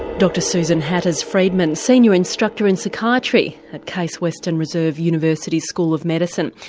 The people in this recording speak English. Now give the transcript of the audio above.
dr susan hatters-friedman, senior instructor in psychiatry at case western reserve university school of medicine.